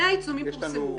100 עיצומים פורסמו.